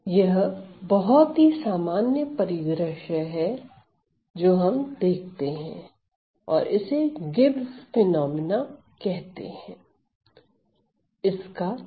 यह बहुत ही सामान्य परिदृश्य है जो हम देखते हैं और इसे गिब्स फिनोमिना कहते हैं